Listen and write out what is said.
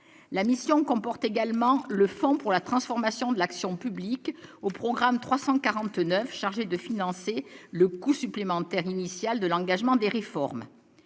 la mission comporte également le font pour la transformation de l'action publique au programme 349 chargé de financer le coût supplémentaire initial de l'engagement des réformes,